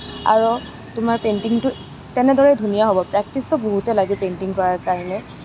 আৰু তোমাৰ পেইণ্টিংটো তেনেদৰে ধুনীয়া হ'ব প্ৰেক্টিছটো বহুতে লাগে পেইণ্টিং কৰাৰ কাৰণে